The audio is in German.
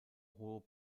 hohe